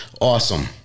awesome